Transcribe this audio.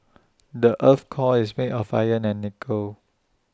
the Earth's core is made of iron and nickel